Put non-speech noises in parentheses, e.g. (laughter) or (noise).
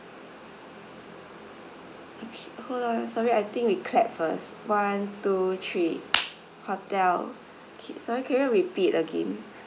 okay hold on ah sorry I think we clap first one two three hotel (breath) okay sorry can you repeat again